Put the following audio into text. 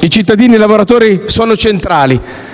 i cittadini lavoratori sono centrali.